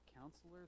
Counselor